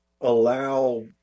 allow